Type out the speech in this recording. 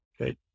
okay